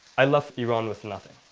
i left iran with nothing.